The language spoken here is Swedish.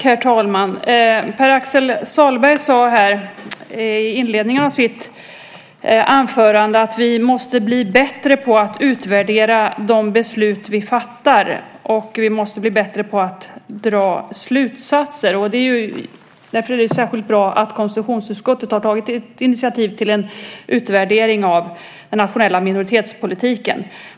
Herr talman! Pär Axel Sahlberg sade i inledningen av sitt anförande att vi måste bli bättre på att utvärdera de beslut vi fattar, och vi måste bli bättre på att dra slutsatser. Därför är det särskilt bra att konstitutionsutskottet har tagit initiativ till en utvärdering av den nationella minoritetspolitiken.